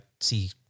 see